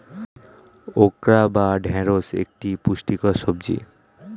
okra বা ঢ্যাঁড়স একটি পুষ্টিকর সবজি